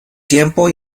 tiempo